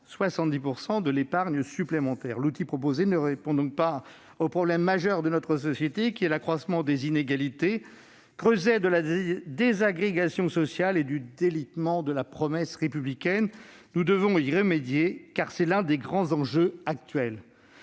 70 % de l'épargne supplémentaire. L'outil proposé ne répond donc pas au problème majeur de notre société qu'est l'accroissement des inégalités, creuset de la désagrégation sociale et du délitement de la promesse républicaine. Nous devons y remédier, car c'est l'un des grands enjeux actuels.